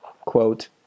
Quote